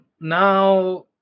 Now